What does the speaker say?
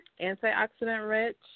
antioxidant-rich